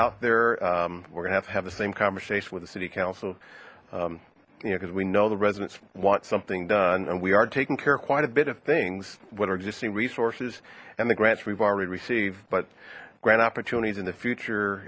out there we're gonna have to have the same conversation with the city council because we know the residents want something done and we are taking care of quite a bit of things but our existing resources and the grants we've already receive but grant opportunities in the future